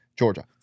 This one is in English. Georgia